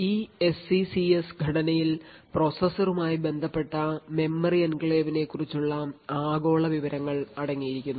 ഈ SECS ഘടനയിൽ പ്രോസസ്സറുമായി ബന്ധപ്പെട്ട മെമ്മറി എൻക്ലേവിനെക്കുറിച്ചുള്ള ആഗോള വിവരങ്ങൾ അടങ്ങിയിരിക്കുന്നു